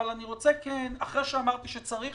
אחרי שאמרתי שצריך